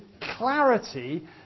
clarity